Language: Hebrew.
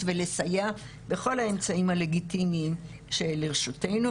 ולסייע בכל האמצעים הלגיטימיים שלרשותנו,